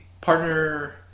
partner